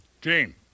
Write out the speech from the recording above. Gene